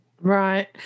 Right